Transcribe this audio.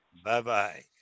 Bye-bye